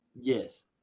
Yes